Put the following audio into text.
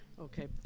Okay